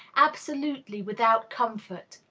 absolutely without comfort.